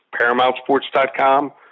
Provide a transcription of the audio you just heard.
paramountsports.com